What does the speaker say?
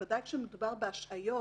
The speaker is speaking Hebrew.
בוודאי כשמדובר בהשעיות